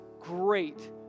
great